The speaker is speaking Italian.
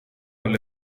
alle